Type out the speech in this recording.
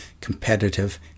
competitive